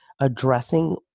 addressing